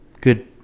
Good